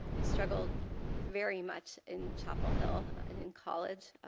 i struggled very much in chapel hill, and in college.